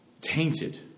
Tainted